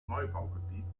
neubaugebiet